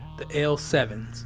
the l seven s.